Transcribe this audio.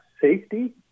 safety